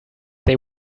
they